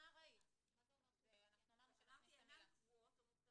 הוראות כל